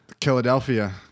Philadelphia